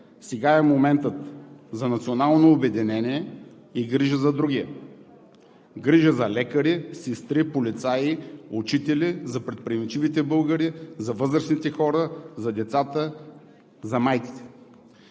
Сега е моментът за национално обединение и грижа за другия – грижа за лекари, сестри, полицаи, учители, за предприемчивите българи, за възрастните хора, за децата, за майките.